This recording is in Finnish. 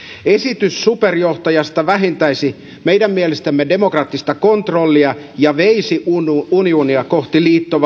esitys superjohtajasta vähentäisi meidän mielestämme demokraattista kontrollia ja veisi unionia kohti liittovaltiomallia